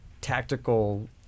tactical